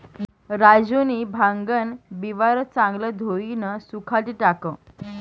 राजूनी भांगन बिवारं चांगलं धोयीन सुखाडी टाकं